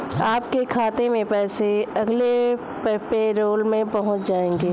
आपके खाते में पैसे अगले पैरोल में पहुँच जाएंगे